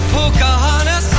Pocahontas